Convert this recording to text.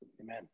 amen